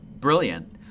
brilliant